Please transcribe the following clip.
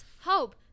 hope